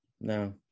No